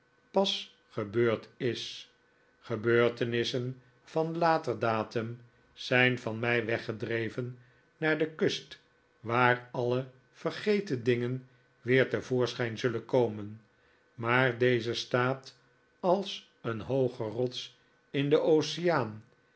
pas gebeurd is gebeurtenissen van later datum zijn van mij weggedreven naar de kust waar alle vergeten dingen weer te voorschijn zullen komen maar deze staat als een hooge rots in den oceaan